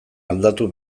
aldatu